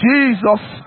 Jesus